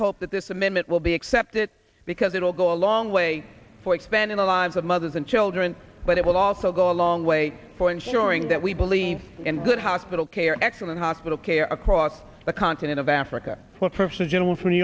hope that this amendment will be accepted because it will go a long way for expanding the lives of mothers and children but it will also go a long way for ensuring that we believe in good hospital care excellent hospital care across the continent of africa for perhaps a gentleman from new